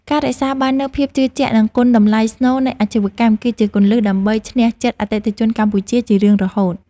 ការរក្សាបាននូវភាពជឿជាក់ និងគុណតម្លៃស្នូលនៃអាជីវកម្ម គឺជាគន្លឹះដើម្បីឈ្នះចិត្តអតិថិជនកម្ពុជាជារៀងរហូត។